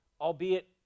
albeit